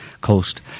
coast